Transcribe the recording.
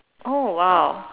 oh !wow!